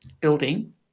building